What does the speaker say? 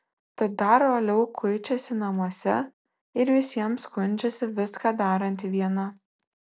tad dar uoliau kuičiasi namuose ir visiems skundžiasi viską daranti viena